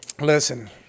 Listen